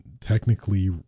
technically